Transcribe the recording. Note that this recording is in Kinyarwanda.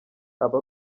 aba